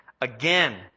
again